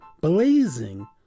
blazing